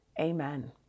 Amen